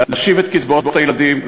להשיב את קצבאות הילדים,